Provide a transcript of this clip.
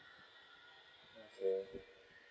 mm